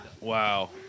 Wow